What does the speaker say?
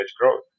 growth